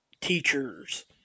teachers